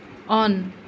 on